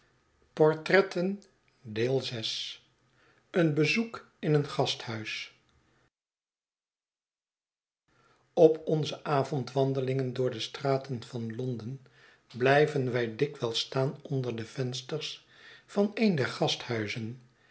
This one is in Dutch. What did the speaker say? vi een bezoek in een gasthuis op onze avondwandelingen door de straten van londen blijven wij dikwijls staan onder de vensters van een der gasthuizen